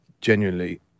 genuinely